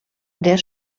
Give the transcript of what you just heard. der